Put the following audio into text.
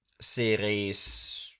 series